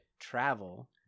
travel